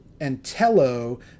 Antello